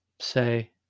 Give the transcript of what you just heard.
say